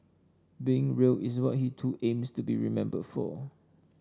being real is what he too aims to be remembered for